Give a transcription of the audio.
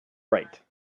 write